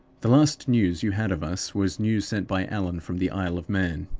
the last news you had of us was news sent by allan from the isle of man.